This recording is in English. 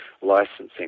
licensing